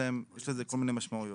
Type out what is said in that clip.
יש לזה כל מיני משמעויות.